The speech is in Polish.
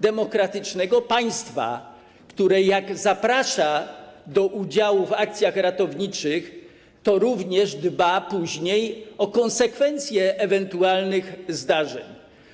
demokratycznego państwa, które jak zaprasza do udziału w akcjach ratowniczych, to również dba później o konsekwencje ewentualnych zdarzeń?